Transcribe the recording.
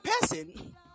person